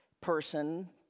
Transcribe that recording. person